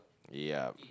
ya